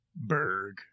Berg